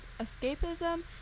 escapism